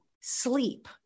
sleep